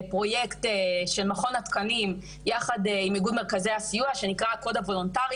לפרויקט של מכון התקנים והסיוע שנקרא "הקוד הוולונטרי",